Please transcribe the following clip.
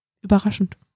überraschend